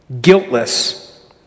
guiltless